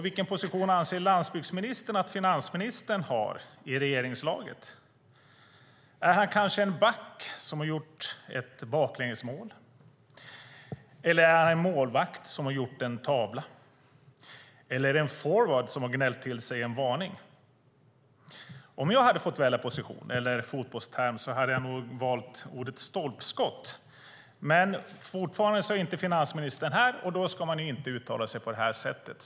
Vilken position anser landsbygdsministern att finansministern har i regeringslaget? Är han kanske en back som har gjort ett baklängesmål, eller är han en målvakt som har gjort en tavla? Är han en forward som har gnällt till sig en varning? Hade jag fått välja position eller fotbollsterm hade jag nog valt ordet "stolpskott". Finansministern är dock fortfarande inte här, och då ska man inte uttala sig på det här sättet.